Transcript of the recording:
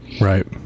Right